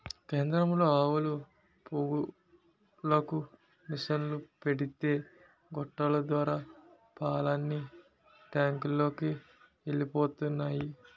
కేంద్రంలో ఆవుల పొదుగులకు మిసన్లు పెడితే గొట్టాల ద్వారా పాలన్నీ టాంకులలోకి ఎలిపోతున్నాయి